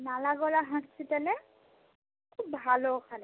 নালাগোলা হসপিটালে খুব ভালো ওখানে